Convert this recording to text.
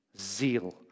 zeal